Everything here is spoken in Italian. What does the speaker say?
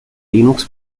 linux